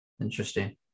Interesting